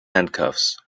handcuffs